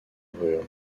ruhr